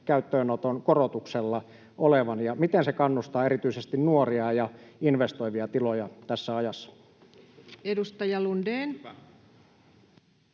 käyttöönotolla olevan, ja miten se kannustaa erityisesti nuoria ja investoivia tiloja tässä ajassa? [Speech 444]